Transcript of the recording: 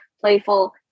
playful